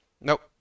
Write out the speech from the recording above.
Nope